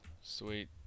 sweet